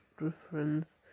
reference